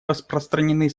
распространены